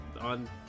on